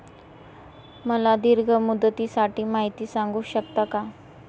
मला दीर्घ मुदतीसाठी माहिती सांगू शकता का?